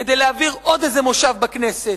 כדי להעביר עוד איזה מושב בכנסת.